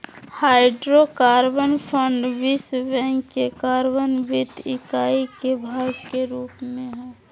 hydrocarbon fund विश्व bank के carbon वित्त इकाई के भाग के रूप में हइ